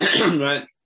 right